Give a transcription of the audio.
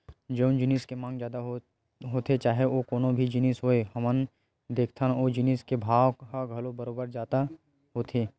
जउन जिनिस के मांग जादा होथे चाहे ओ कोनो भी जिनिस होवय हमन देखथन ओ जिनिस के भाव ह घलो बरोबर जादा होथे